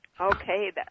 Okay